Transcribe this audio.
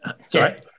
Sorry